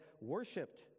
worshipped